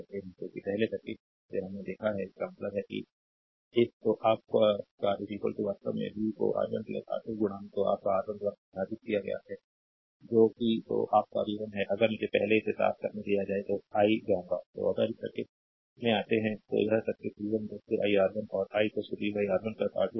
क्योंकि पहले सर्किट से हमने देखा है इसका मतलब है कि इस तो आप का वास्तव में v को R1 R2 तो आप का R1 द्वारा विभाजित किया गया है जो कि तो आप का v 1 है अगर पहले मुझे इसे साफ करने दिया जाए तो आई जाऊंगा तो अगर इस सर्किट में आते हैं तो यह सर्किट v 1 i R1 और i v R1 R2 आता है